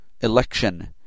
Election